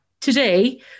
Today